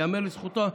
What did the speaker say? ייאמר לזכותו,